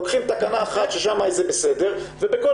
לוקחים תקנה אחת ששם זה בסדר ובכל